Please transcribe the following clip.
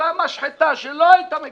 אותה משחתה שלא הייתה מגדלת,